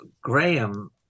Graham